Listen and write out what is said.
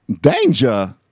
danger